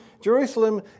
Jerusalem